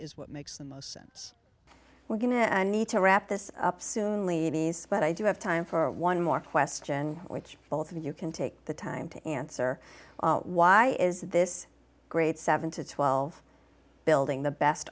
is what makes the most sense we're going to need to wrap this up soon ladies but i do have time for one more question which both of you can take the time to answer why is this great seven to twelve building the best